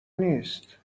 نیست